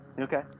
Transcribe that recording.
Okay